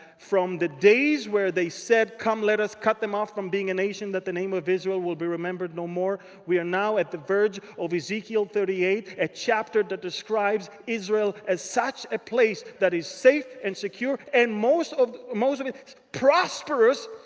from the days where they said, come, let us cut them off from being a nation that the name of israel will be remembered no more. we're now at the verge of ezekiel thirty eight. a chapter that describes israel as such a place that is safe and secure and most of most of it prosperous.